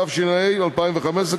התשע"ה 2015,